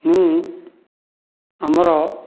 ମୁଁ ଆମର